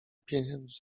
pieniędzy